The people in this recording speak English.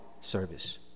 service